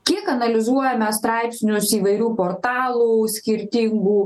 kiek analizuojame straipsnius įvairių portalų skirtingų